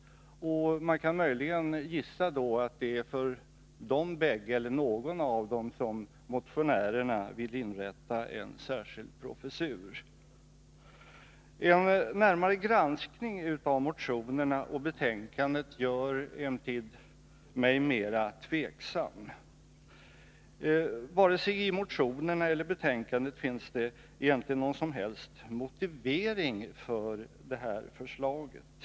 Är det för djärvt att gissa att det är för någon av dem båda som motionärerna vill inrätta en särskild professur? En närmare granskning av motionerna och betänkandet gör emellertid mig mera tveksam. Varken i motionerna eller i betänkandet finns det någon motivering för förslaget.